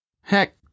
Heck